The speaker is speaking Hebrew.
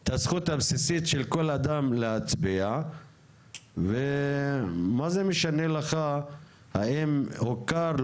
את הזכות הבסיסית של כל אדם להצביע ומה זה משנה לך האם הוכר,